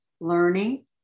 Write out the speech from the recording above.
learning